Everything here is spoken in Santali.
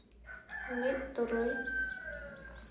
ᱢᱤᱫ ᱛᱩᱨᱩᱭ